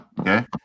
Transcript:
Okay